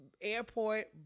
airport